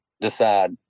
decide